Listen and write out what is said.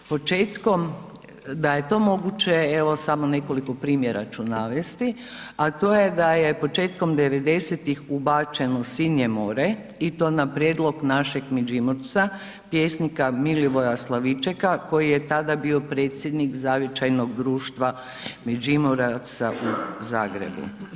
Početkom, da je to moguće, evo samo nekoliko primjera ću navesti, a to je da je početkom 90-tih ubačeno Sinje more i to na prijedlog našeg Međimurca, pjesnika Milivoja Slavičeka koji je tada bio predsjednik zavičajnog društva Međimuraca u Zagrebu.